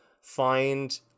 find